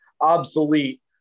obsolete